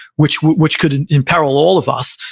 which which could imperil all of us,